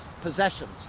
possessions